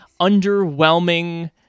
Underwhelming